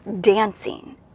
Dancing